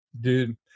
dude